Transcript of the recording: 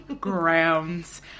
Grounds